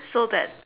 so that